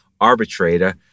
arbitrator